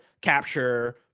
capture